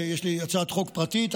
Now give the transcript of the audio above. יש לי הצעת חוק פרטית,